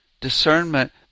discernment